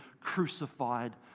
crucified